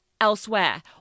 elsewhere